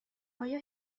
آیا